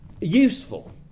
useful